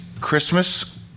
Christmas